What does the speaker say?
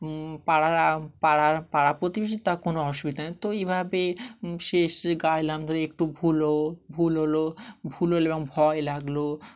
পাড়ার পাড়ার পাড়া প্রতিবেশী তার কোনো অসুবিধা নেই তো এইভাবে সে এসে গাইলাম ধর একটু ভুল ভুল হলো ভুল হলো এবং ভয় লাগলো